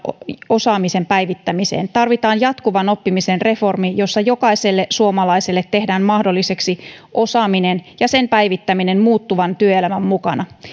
osaamisen päivittämiseen tarvitaan jatkuvan oppimisen reformi jossa jokaiselle suomalaiselle tehdään mahdolliseksi osaaminen ja sen päivittäminen muuttuvan työelämän mukana